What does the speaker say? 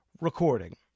recording